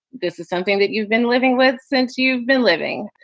this is something that you've been living with since you've been living.